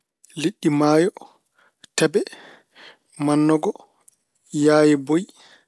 Liɗɗi maayo, tebe, mannogo, yaayeboyi.